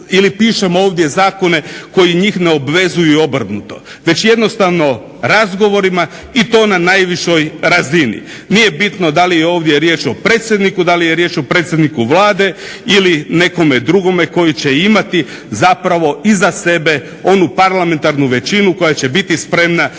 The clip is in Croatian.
ili pišemo ovdje zakone koji njih ne obvezuju i obrnuto, već jednostavno razgovorima i to na najvišoj razini. Nije bitno da li je ovdje riječ o predsjedniku, da li je riječ o predsjedniku Vlade ili nekome drugome koji će imati zapravo iza sebe onu parlamentarnu većinu koja će biti spremna stati